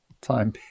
time